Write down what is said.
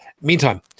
meantime